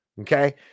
okay